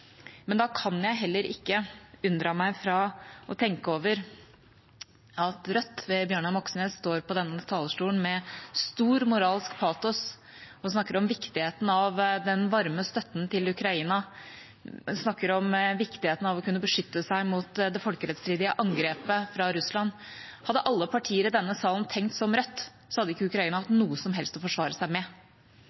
Men da kan jeg heller ikke unndra meg fra å tenke over at Rødt, ved Bjørnar Moxnes, står på denne talerstolen med stor moralsk patos og snakker om viktigheten av den varme støtten til Ukraina, viktigheten av å kunne beskytte seg mot det folkerettsstridige angrepet fra Russland. Hadde alle partier i denne salen tenkt som Rødt, hadde ikke Ukraina hatt noe som helst å forsvare seg med.